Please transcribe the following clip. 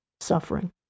suffering